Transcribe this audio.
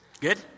good